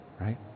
right